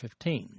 15